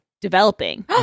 developing